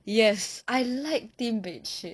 yes I like theme bedsheet